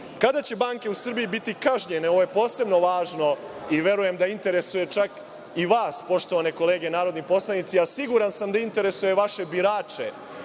će banke u Srbiji biti kažnjene, ovo je posebno važno i verujem da interesuje čak i vas, kolege narodni poslanici, a siguran sam da interesuje i vaše birače,